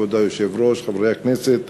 כבוד היושב-ראש, חברי הכנסת,